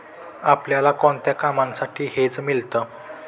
आपल्याला कोणत्या कामांसाठी हेज मिळतं?